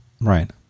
Right